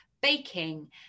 baking